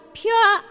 pure